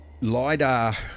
lidar